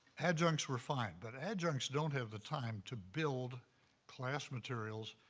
adjuncts were fine, but adjuncts don't have the time to build class materials,